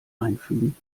einfügen